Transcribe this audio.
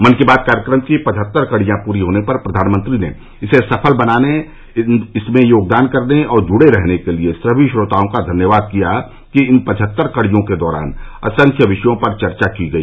मन की बात कार्यक्रम की पचहत्तर कड़ियां पूरी होने पर प्रधानमंत्री ने इसे सफल बनाने इसमें योगदान करने और जुड़े रहने के लिए सभी श्रोताओं का धन्यवाद किया कि इन पचहत्तर कड़ियों के दौरान असंख्य विषयों पर चर्चा की गई